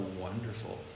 wonderful